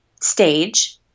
stage